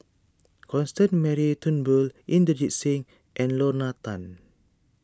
Constance Mary Turnbull Inderjit Singh and Lorna Tan